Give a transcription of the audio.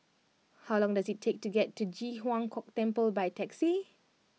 how long does it take to get to Ji Huang Kok Temple by taxi